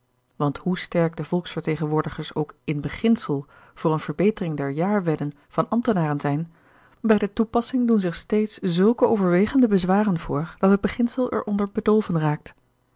want hoe sterk de volksvertegenwoordigers ook in beginsel voor eene verbetering der jaarwedden van ambtenaren zijn bij de toepassing doen zich steeds zulke overwegende bezwaren voor dat het beginsel er onder bedolven raakt